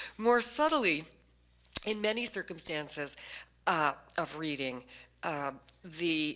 more subtlety in many circumstances of reading the